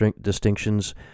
distinctions